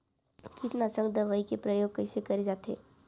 कीटनाशक दवई के प्रयोग कइसे करे जाथे?